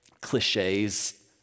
cliches